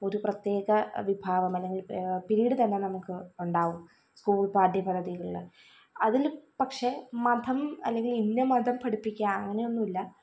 ഒരു പ്രത്യേക വിഭാഗം അല്ലെങ്കിൽ പീരിയഡ് തന്നെ നമുക്ക് ഉണ്ടാകും സ്കൂൾ പാഠ്യ പദ്ധ്തികളില് അതില് പക്ഷേ മതം അല്ലെങ്കിൽ ഇന്ന് മതം പഠിപ്പിക്കുക അങ്ങനെ ഒന്നും ഇല്ല